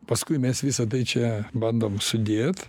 paskui mes visa tai čia bandom sudėt